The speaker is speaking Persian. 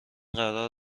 قرار